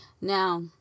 now